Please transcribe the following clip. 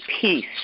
peace